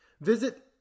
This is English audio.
Visit